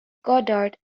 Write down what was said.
goddard